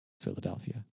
Philadelphia